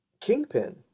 kingpin